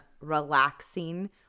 relaxing